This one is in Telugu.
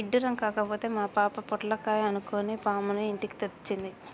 ఇడ్డురం కాకపోతే మా పాప పొట్లకాయ అనుకొని పాముని ఇంటికి తెచ్చింది